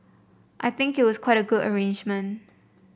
I think it was quite a good arrangement